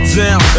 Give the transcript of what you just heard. down